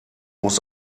muss